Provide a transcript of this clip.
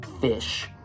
fish